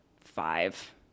five